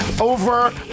over